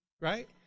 right